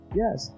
yes